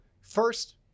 first